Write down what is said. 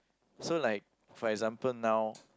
so like for example now